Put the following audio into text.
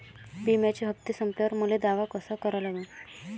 बिम्याचे हप्ते संपल्यावर मले दावा कसा करा लागन?